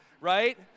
right